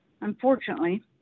Unfortunately